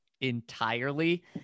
entirely